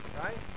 right